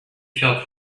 felt